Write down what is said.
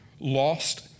Lost